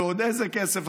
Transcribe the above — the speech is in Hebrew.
ועוד איזה כסף,